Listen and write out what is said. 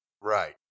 Right